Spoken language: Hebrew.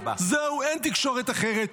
זהו, אין תקשורת אחרת.